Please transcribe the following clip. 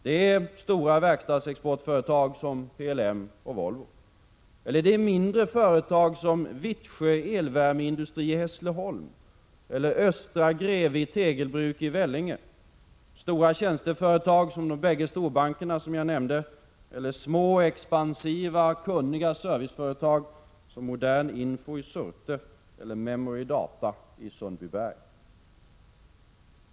Det är stora verkstadsexportföretag som PLM och Volvo eller mindre företag som Vittsjö Elvärmeindustri i Hässleholm och Östra Grevie Tegelbruk i Vellinge, stora tjänsteföretag som de bägge storbanker jag nämnde eller små expansiva, kunniga serviceföretag som Modern Info i Surte eller Memory Data i Sundbyberg.